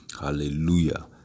Hallelujah